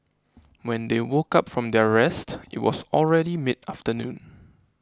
when they woke up from their rest it was already mid afternoon